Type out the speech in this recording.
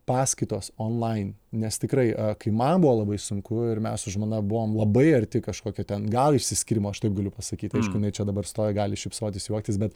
paskaitos online nes tikrai kai man buvo labai sunku ir mes su žmona buvom labai arti kažkokio ten gal išsiskyrimo aš taip galiu pasakyt aišku jinai čia dabar stovi gali šypsotis juoktis bet